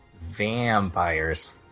Vampires